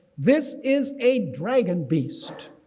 this is a dragon beast.